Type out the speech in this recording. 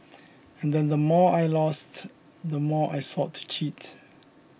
and then the more I lost the more I sought to cheat